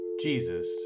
Jesus